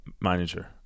manager